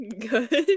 Good